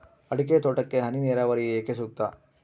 ಅಡಿಕೆ ತೋಟಕ್ಕೆ ಹನಿ ನೇರಾವರಿಯೇ ಏಕೆ ಸೂಕ್ತ?